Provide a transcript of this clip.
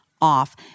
off